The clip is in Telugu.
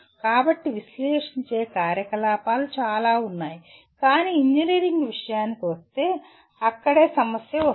కాబట్టి విశ్లేషించే కార్యకలాపాలు చాలా ఉన్నాయి కానీ ఇంజనీరింగ్ విషయానికి వస్తే అక్కడే సమస్య వస్తుంది